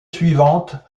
suivante